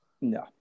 No